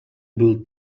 был